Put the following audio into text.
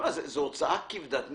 זו הוצאה כבדת משקל.